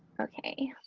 okay.